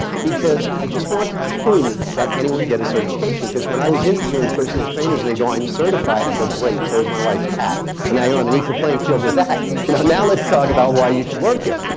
because i just wanted to prove that anyone get a certification. because when i was interviewing personal trainers, they'd go i'm certified. i'd go, great. so is my wife's cat. so now you're on an equal playing field with that, you know, now let's talk about why you should work here.